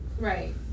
right